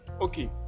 okay